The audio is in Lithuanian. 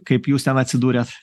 kaip jūs ten atsidūrėt